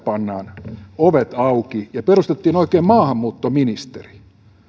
pannaan ovet auki ja perustettiin oikein maahanmuuttoministeri